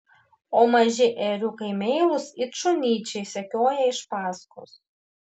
o maži ėriukai meilūs it šunyčiai sekioja iš paskos